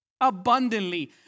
abundantly